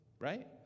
right